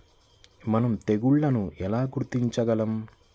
మనం తెగుళ్లను ఎలా గుర్తించగలం?